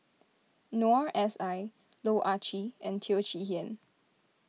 Noor S I Loh Ah Chee and Teo Chee Hean